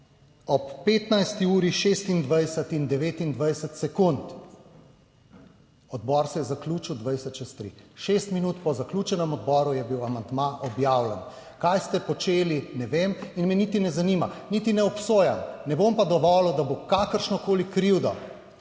26 in 29 sekund. Odbor se je zaključil 20 čez 3. Šest minut po zaključenem odboru je bil amandma objavljen. Kaj ste počeli ne vem in me niti ne zanima, niti ne obsojam, ne bom pa dovolil, da bo kakršnokoli krivdo